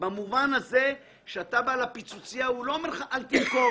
במובן הזה שאתה בא לפיצוציה הוא לא אומר לך שלא תמכור.